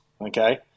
okay